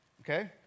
okay